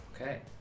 Okay